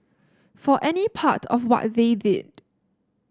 for any part of what they did